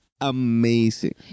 amazing